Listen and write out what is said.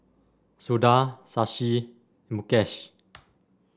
Suda Shashi and Mukesh